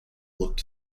looked